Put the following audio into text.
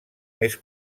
més